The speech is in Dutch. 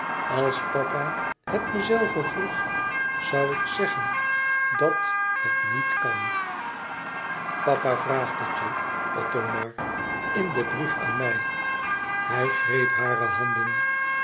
als papa het me zelve vroeg zoû ik zeggen dat het niet kan papa vraagt het je othomar in dien brief aan mij hij greep hare handen